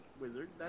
wizard